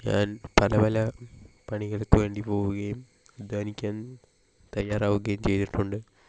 ഞാൻ പല പല പണികൾക്ക് വേണ്ടി പോകുകയും അധ്വാനിക്കാൻ തയ്യാറാകുകയും ചെയ്തിട്ടുണ്ട്